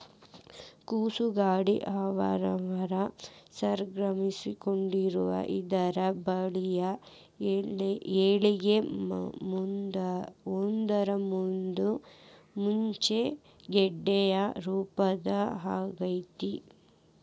ಕೋಸು ಗಡ್ಡಿ ಆಹಾರವನ್ನ ಸಂಗ್ರಹಿಸಿಕೊಂಡಿರುವ ಇದರ ಬಿಳಿಯ ಎಲೆಗಳು ಒಂದ್ರಮೇಲೊಂದು ಮುಚ್ಚಿ ಗೆಡ್ಡೆಯ ರೂಪದಾಗ ಇರ್ತೇತಿ